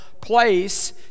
place